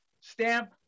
Stamp